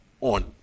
on